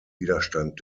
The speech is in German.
widerstand